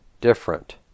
different